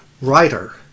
writer